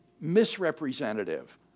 misrepresentative